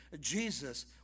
Jesus